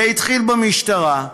זה התחיל במשטרה,